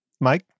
Mike